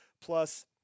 plus